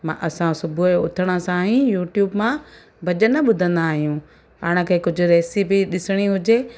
मां असां सुबुह जो उथण सां ई यूट्यूब मां भॼन ॿुधंदा आहियूं पाण खे कुझु रेसिपी ॾिसिणी हुजे